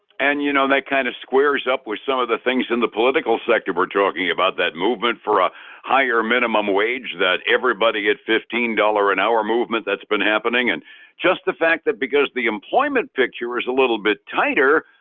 and you know they kind of squares up with some of the things in the political sector we're talking about that movement for a higher minimum wage that everybody at fifteen dollars an hour movement that's been happening and just the fact that because the employment picture is a little bit tighter